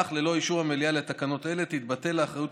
אך ללא אישור המליאה לתקנות אלה תתבטל האחריות